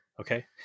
Okay